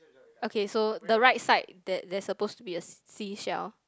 okay so the right side there there's suppose to be a sea shell